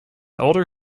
older